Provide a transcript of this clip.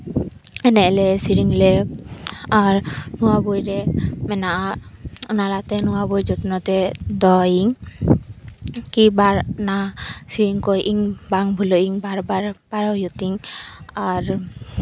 ᱮᱱᱮᱡ ᱟᱞᱮ ᱥᱮᱨᱮᱧ ᱟᱞᱮ ᱟᱨ ᱱᱚᱣᱟ ᱵᱳᱭᱨᱮ ᱢᱮᱱᱟᱜᱼᱟ ᱚᱱᱟᱛᱮ ᱱᱚᱣᱟ ᱵᱳᱭ ᱡᱚᱛᱱᱚ ᱛᱮ ᱫᱚᱦᱚᱭᱟᱹᱧ ᱠᱤ ᱵᱟᱨ ᱱᱟ ᱥᱮᱨᱮᱧ ᱠᱚ ᱤᱧ ᱵᱟᱝ ᱵᱷᱩᱞᱟᱹᱜ ᱤᱧ ᱵᱟᱨ ᱵᱟᱨ ᱯᱟᱨᱚ ᱦᱩᱭᱩᱜ ᱛᱤᱧ ᱟᱨ